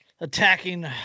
Attacking